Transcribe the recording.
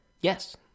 Yes